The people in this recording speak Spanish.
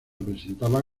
presentaba